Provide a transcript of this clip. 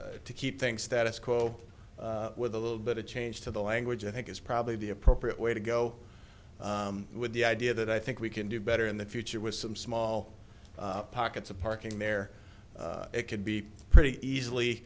think to keep things status quo with a little bit of change to the language i think is probably the appropriate way to go with the idea that i think we can do better in the future with some small pockets of parking there it could be pretty easily